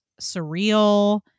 surreal